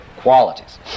qualities